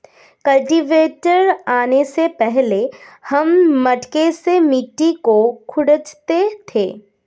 cultivator आने से पहले हम मटके से मिट्टी को खुरंचते थे